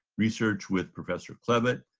research with professor klevit.